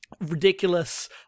Ridiculous